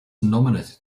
nominated